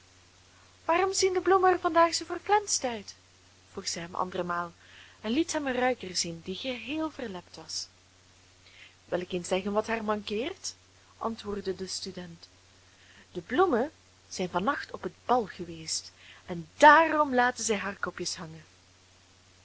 waarom zien de bloemen er vandaag zoo verflenst uit vroeg zij hem andermaal en liet hem een ruiker zien die geheel verlept was wil ik eens zeggen wat haar mankeert antwoordde de student de bloemen zijn van nacht op het bal geweest en daarom laten zij haar kopjes hangen